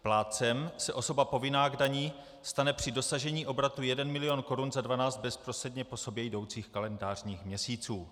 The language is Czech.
Plátcem se osoba povinná k dani stane při dosažení obratu 1 mil. korun za 12 bezprostředně po sobě jdoucích kalendářních měsíců.